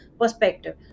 perspective